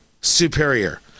superior